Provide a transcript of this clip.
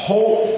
Hope